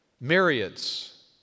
myriads